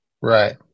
Right